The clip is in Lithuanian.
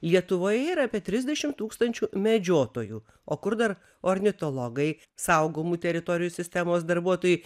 lietuvoje yra apie trisdešim tūkstančių medžiotojų o kur dar ornitologai saugomų teritorijų sistemos darbuotojai